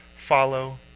Follow